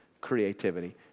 creativity